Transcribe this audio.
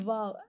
Wow